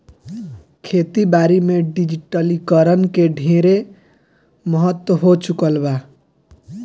खेती बारी में डिजिटलीकरण के ढेरे महत्व हो चुकल बा